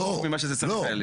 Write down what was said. לא.